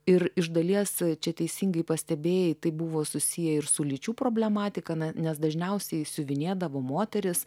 ir iš dalies čia teisingai pastebėjai tai buvo susiję ir su lyčių problematika na nes dažniausiai siuvinėdavo moterys